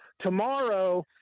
Tomorrow